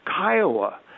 Kiowa